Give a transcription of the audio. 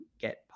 get